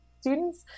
students